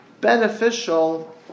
beneficial